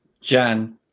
jan